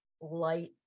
light